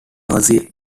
mercy